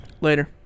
Later